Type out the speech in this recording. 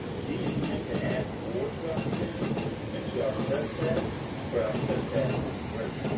ye intend to add more to our sins and to our trespass for our trespass is great,